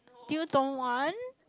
do you don't want